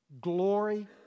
Glory